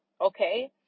Okay